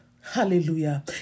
hallelujah